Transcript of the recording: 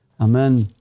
Amen